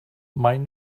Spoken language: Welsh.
maen